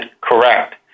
correct